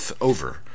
over